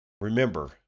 Remember